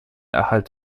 erhalt